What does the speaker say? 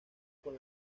con